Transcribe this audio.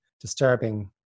disturbing